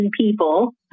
people